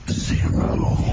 zero